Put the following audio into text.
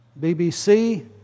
BBC